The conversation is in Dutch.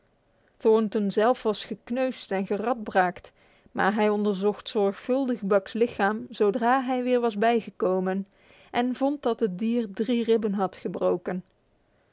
thornton zelf was gekneusd en geradbraakt maar hij onderzocht zorgvuldig buck's lichaam zodra hij weer was bijgekomen en vond dat het dier drie ribben had gebroken